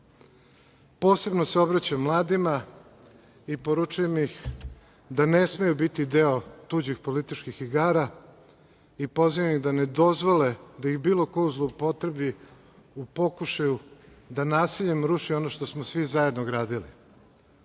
štetu. Posebno se obraćam mladima i poručujem im da ne smeju da budu deo tuđih političkih igara i pozivam ih da ne dozvole da ih bilo ko zloupotrebi u pokušaju da nasiljem ruše ono što smo svi zajedno gradili. Srbija